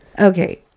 Okay